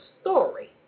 story